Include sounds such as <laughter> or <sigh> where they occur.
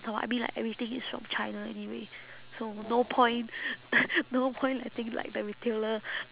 taobao I mean like everything is from china anyway so no point <noise> no point letting like the retailer